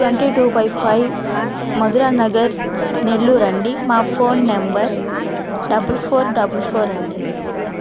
twenty two by five Madhura Nagar Nellore అండి మా phone number double four double four అండి